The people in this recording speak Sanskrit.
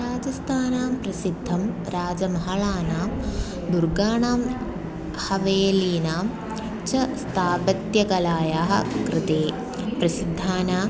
राजस्थानात् प्रसिद्धं राजमहलानां दुर्गाणां हवेलीनां च स्थापत्यकलायाः कृते प्रसिद्धानि